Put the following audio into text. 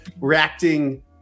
reacting